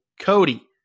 Cody